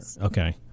Okay